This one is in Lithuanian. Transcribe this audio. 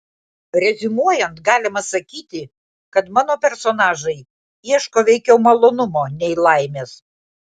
reziumuojant galima sakyti kad mano personažai ieško veikiau malonumo nei laimės